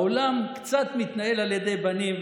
העולם קצת מתנהל על ידי בנים,